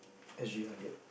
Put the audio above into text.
S G hundred